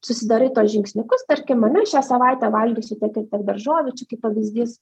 susidarai tuos žingsniukus tarkim ane šią savaitę valgysiu tiek ir tiek daržovių čia kaip pavyzdys